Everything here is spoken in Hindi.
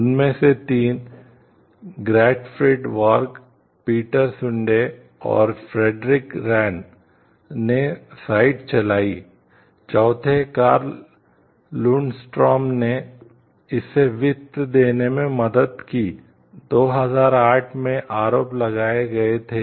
उनमें से तीन गॉटफ्रीड वॉर्ग करने की अनुमति दी